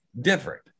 different